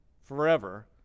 forever